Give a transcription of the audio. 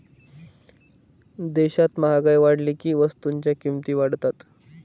देशात महागाई वाढली की वस्तूंच्या किमती वाढतात